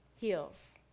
heals